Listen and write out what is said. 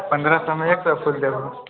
पंद्रह सए मे एक सए फूल देबूँ